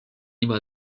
libre